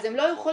אז הם לא יכולים.